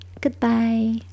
goodbye